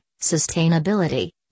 sustainability